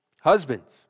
Husbands